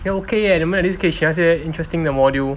then okay leh 你们 at least 可以学那些 interesting 的 module